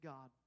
God